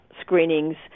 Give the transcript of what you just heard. screenings